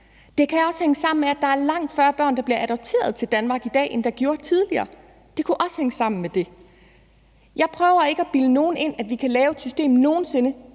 Det kan også hænge sammen med, at der er langt færre børn, der bliver adopteret til Danmark i dag, end der gjorde tidligere. Det kunne også hænge sammen med det. Jeg prøver ikke at bilde nogen ind, at vi nogen sinde